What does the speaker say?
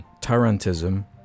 Tarantism